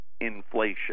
inflation